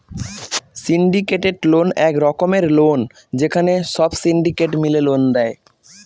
syndicated loan এক রকমের loan যেখানে সব সিন্ডিকেট মিলে লোন দেয়